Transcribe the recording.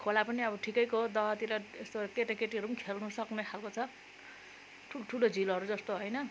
खोला पनि अब ठिकैको दहतिर यस्तो केटाकेटीहरू पनि खेल्नु सक्ने खालको छ ठुल्ठुलो झिलहरू जस्तो होइन